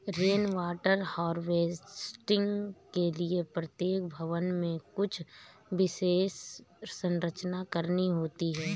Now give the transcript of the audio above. rain water harvesting के लिए प्रत्येक भवन में कुछ विशेष संरचना करनी होती है